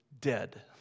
dead